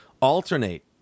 alternate